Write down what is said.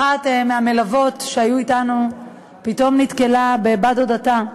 אחת מהמלוות שהיו אתנו פתאום נתקלה בבת-דודתה,